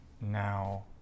now